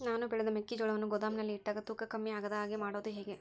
ನಾನು ಬೆಳೆದ ಮೆಕ್ಕಿಜೋಳವನ್ನು ಗೋದಾಮಿನಲ್ಲಿ ಇಟ್ಟಾಗ ತೂಕ ಕಮ್ಮಿ ಆಗದ ಹಾಗೆ ಮಾಡೋದು ಹೇಗೆ?